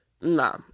nah